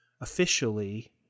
officially